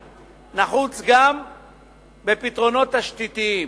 זה נעוץ גם בפתרונות תשתיתיים.